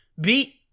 beat